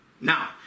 Now